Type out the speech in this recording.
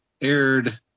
aired